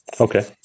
Okay